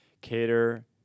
cater